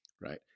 right